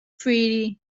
pretty